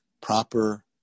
proper